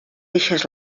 deixes